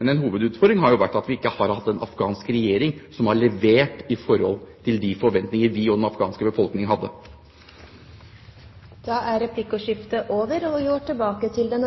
En hovedutfordring har jo vært at vi ikke har hatt en afghansk regjering som har levert i forhold til de forventningene vi og den afghanske befolkningen hadde. Da er replikkordskiftet over. Jeg vil også takke for